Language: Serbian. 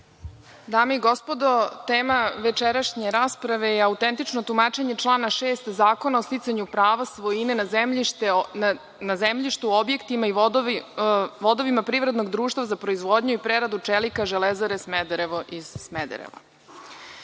Dame i gospodo, tema večerašnje rasprave je autentično tumačenje člana 6. Zakona o sticanju prava svojine na zemljištu u objektima i vodovima privrednog društva za proizvodnju i preradu čelika „Železare Smederevo“ iz Smedereva. Imam